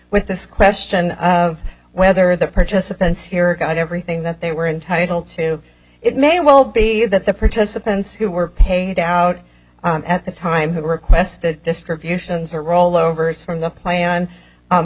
with this question of whether the participants here got everything that they were entitled to it may well be that the participants who were paid out at the time who requested distributions are rollovers from the pla